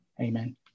Amen